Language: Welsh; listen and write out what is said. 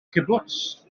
cibwts